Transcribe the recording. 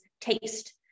taste